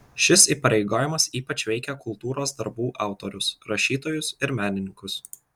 šis įpareigojimas ypač veikia kultūros darbų autorius rašytojus ir menininkus